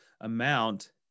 amount